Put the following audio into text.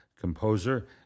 composer